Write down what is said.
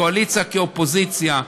קואליציה כאופוזיציה,